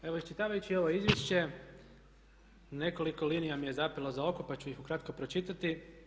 Evo iščitavajući ovo izvješće nekoliko linija mi je zapelo za oko pa ću ih ukratko pročitati.